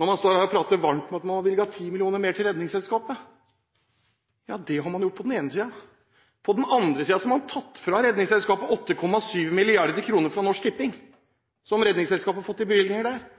når man står her og prater varmt om at man har bevilget 10 mill. kr mer til Redningsselskapet. Ja, det har man gjort på den ene siden – på den andre siden har man tatt fra Redningsselskapet 8,7 mill. kr som Redningsselskapet har fått i